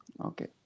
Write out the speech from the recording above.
Okay